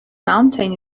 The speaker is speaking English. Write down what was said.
mountain